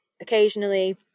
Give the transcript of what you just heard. occasionally